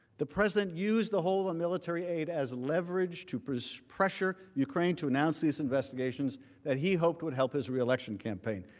the president use the hold on military aid as leverage to pressure so pressure ukraine to announce these investigations that he hoped would help his election campaign.